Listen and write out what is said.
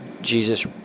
Jesus